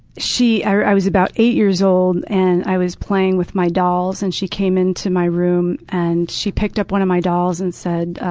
i i was about eight years old, and i was playing with my dolls. and she came into my room and she picked up one of my dolls and said,